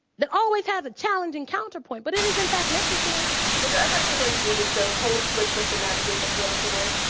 that always has a challenging counterpoint, but it is in fact necessary. was there ever a time when you needed to code switch to navigate the political world?